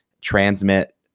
transmit